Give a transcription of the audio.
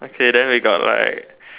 okay then we got like